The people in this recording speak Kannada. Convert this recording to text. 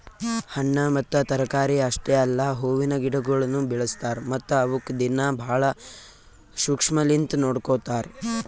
ಹಣ್ಣ ಮತ್ತ ತರಕಾರಿ ಅಷ್ಟೆ ಅಲ್ಲಾ ಹೂವಿನ ಗಿಡಗೊಳನು ಬೆಳಸ್ತಾರ್ ಮತ್ತ ಅವುಕ್ ದಿನ್ನಾ ಭಾಳ ಶುಕ್ಷ್ಮಲಿಂತ್ ನೋಡ್ಕೋತಾರ್